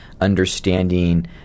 understanding